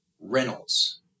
Reynolds